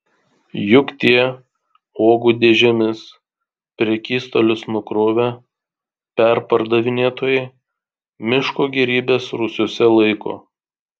juk tie uogų dėžėmis prekystalius nukrovę perpardavinėtojai miško gėrybes rūsiuose laiko